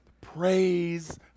praise